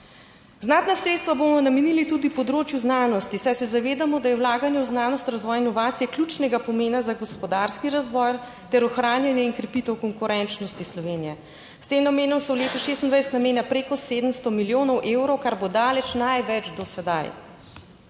Znatna sredstva bomo namenili tudi področju znanosti, saj se zavedamo, da je vlaganje v znanost, razvoj in inovacije ključnega pomena za gospodarski razvoj ter ohranjanje in krepitev konkurenčnosti Slovenije. S tem namenom se v letu 2026 namenja preko 700 milijonov evrov, kar bo daleč največ do sedaj.